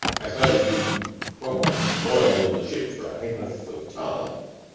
i suppose you won't want to spoil the ship for a ha'porth of tar?